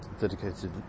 dedicated